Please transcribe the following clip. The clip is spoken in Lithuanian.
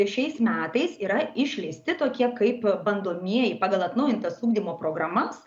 šiais metais yra išleisti tokie kaip bandomieji pagal atnaujintas ugdymo programas